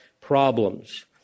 problems